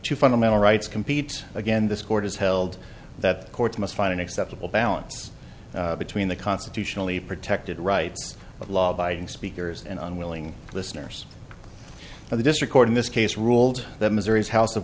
two fundamental rights compete again this court has held that the courts must find an acceptable balance between the constitutionally protected rights of law abiding speakers and unwilling listeners and the district court in this case ruled that missouri's house of